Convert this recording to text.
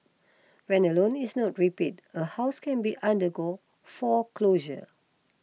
when a loan is not repaid a house can be undergo foreclosure